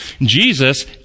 Jesus